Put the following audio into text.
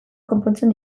konpontzen